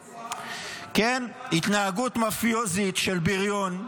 --- כן, התנהגות מפיוזית של בריון,